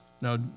Now